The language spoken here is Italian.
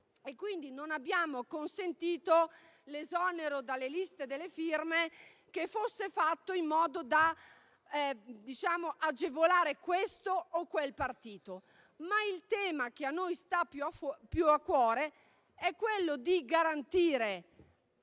quindi non abbiamo consentito un esonero dalle liste delle firme che fosse fatto in modo da agevolare questo o quel partito. Ma il tema che a noi sta più a cuore è garantire